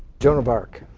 joan of arc,